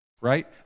right